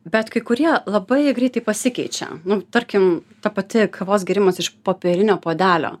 bet kai kurie labai greitai pasikeičia nu tarkim ta pati kavos gėrimas iš popierinio puodelio